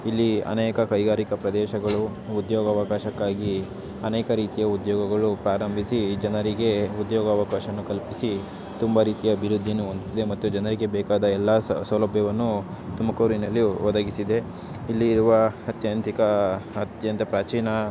ಇಲ್ಲಿ ಅನೇಕ ಕೈಗಾರಿಕಾ ಪ್ರದೇಶಗಳು ಉದ್ಯೋಗಾವಕಾಶಕ್ಕಾಗಿ ಅನೇಕ ರೀತಿಯ ಉದ್ಯೋಗಗಳು ಪ್ರಾರಂಭಿಸಿ ಜನರಿಗೆ ಉದ್ಯೋಗ ಅವಕಾಶವನ್ನು ಕಲ್ಪಿಸಿ ತುಂಬ ರೀತಿಯ ಅಭಿವೃದ್ಧಿಯನ್ನು ಹೊಂದಿದೆ ಮತ್ತು ಜನರಿಗೆ ಬೇಕಾದ ಎಲ್ಲ ಸೌಲಭ್ಯವನ್ನೂ ತುಮಕೂರಿನಲ್ಲಿ ಒದಗಿಸಿದೆ ಇಲ್ಲಿ ಇರುವ ಅತ್ಯಂತಿಕಾ ಅತ್ಯಂತ ಪ್ರಾಚೀನ